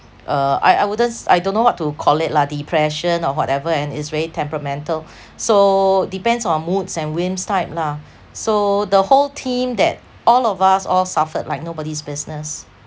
uh I I wouldn't s~ I don't know what to call it lah depression or whatever and is very temperamental so depends on moods and whims type lah so the whole team that all of us all suffered like nobody's business